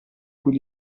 cui